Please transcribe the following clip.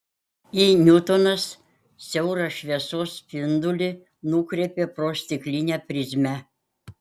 i niutonas siaurą šviesos spindulį nukreipė pro stiklinę prizmę